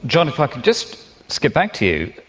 john, if i could just so get back to you,